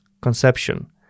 conception